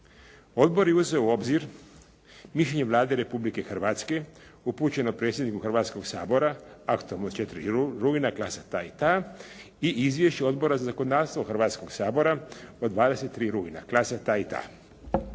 Odbor je uzeo u obzir mišljenje Vlade Republike Hrvatske upućeno predsjedniku Hrvatskog sabora aktom od 4. rujna, klasa ta i ta i Izvješće Odbora za zakonodavstvo Hrvatskog sabora od 23. rujna, klasa ta i ta.